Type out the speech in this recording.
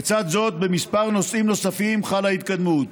בצד זאת, בכמה נושאים נוספים חלה התקדמות: